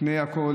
לפני הכול,